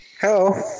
Hello